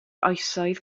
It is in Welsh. oesoedd